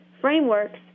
frameworks